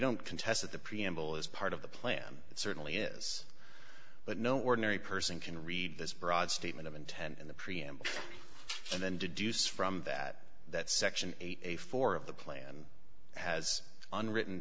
don't contest that the preamble is part of the plan it certainly is but no ordinary person can read this broad statement of intent in the preamble and then deduce from that that section eighty four of the plan has unwritten